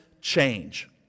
change